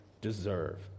deserve